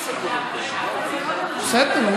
מי עושה דברים כאלה?